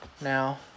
Now